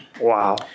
Wow